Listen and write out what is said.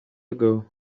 ago